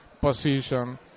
position